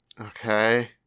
okay